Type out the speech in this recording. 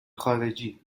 خارجی